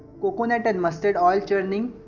coconut and mustard oil churning,